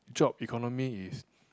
job economy is